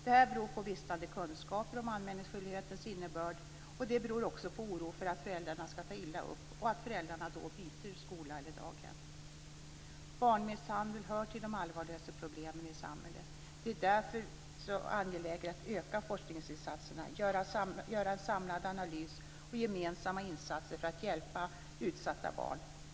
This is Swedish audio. Detta beror på bristande kunskaper om anmälningsskyldighetens innebörd, och det beror också på oro för att föräldrarna ska ta illa upp och att föräldrarna då byter skola eller daghem. Barnmisshandel hör till de allvarligaste problemen i samhället. Det är därför angeläget att öka forskningsinsatserna, göra en samlad analys och gemensamma insatser för att hjälpa utsatta barn.